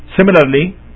Similarly